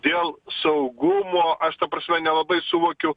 dėl saugumo aš ta prasme nelabai suvokiu